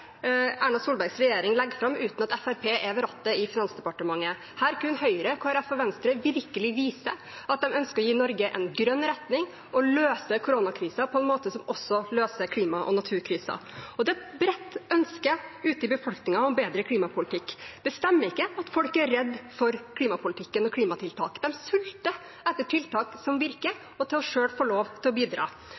Erna Solbergs regjering legger fram uten at Fremskrittspartiet er ved rattet i Finansdepartementet. Her kunne Høyre, Kristelig Folkeparti og Venstre virkelig vist at de ønsker å gi Norge en grønn retning og løse koronakrisen på en måte som også løser klima- og naturkrisen. Det er et bredt ønske ute i befolkningen om bedre klimapolitikk. Det stemmer ikke at folk er redde for klimapolitikken og klimatiltak. De sulter etter tiltak som virker, og til selv å få lov til å bidra.